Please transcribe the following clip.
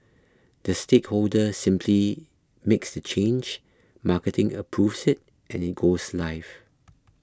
the stakeholder simply makes the change marketing approves it and it goes live